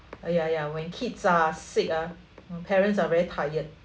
ah ya ya when kids are sick ah mm parents are very tired